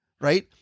Right